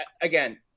again